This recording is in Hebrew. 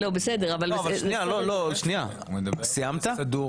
אני כבר מסיים.